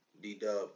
D-Dub